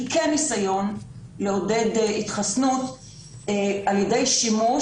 היא כן ניסיון לעודד התחסנות על ידי שימוש